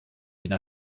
une